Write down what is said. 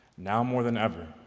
now, more than ever,